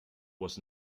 was